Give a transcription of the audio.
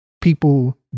people